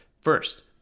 First